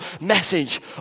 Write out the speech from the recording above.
message